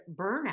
burnout